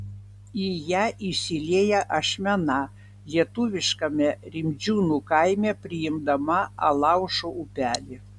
į ją įsilieja ašmena lietuviškame rimdžiūnų kaime priimdama alaušo upelį